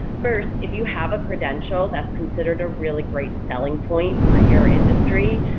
first, if you have a credential that's considered a really great selling point for your industry,